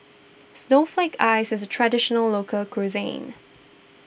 Snowflake Ice is a Traditional Local Cuisine